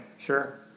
sure